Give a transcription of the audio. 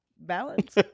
balance